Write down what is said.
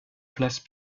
place